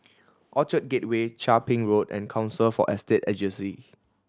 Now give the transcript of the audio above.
Orchard Gateway Chia Ping Road and Council for Estate Agency